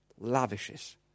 lavishes